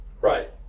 right